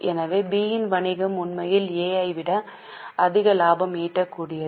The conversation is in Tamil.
எனவே B இன் வணிகம் உண்மையில் A ஐ விட அதிக லாபம் ஈட்டக்கூடியது